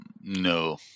No